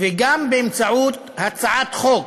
וגם באמצעות הצעת חוק.